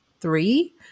three